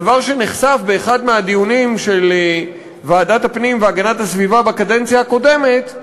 דבר שנחשף באחד מהדיונים של ועדת הפנים והגנת הסביבה בקדנציה הקודמת,